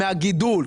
מהגידול,